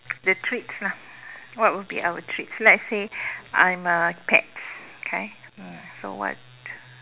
the treats lah what will be our treats let's say I am a pet okay uh so what